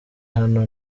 hano